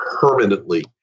permanently